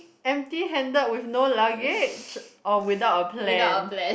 empty handed with no luggage or without a plan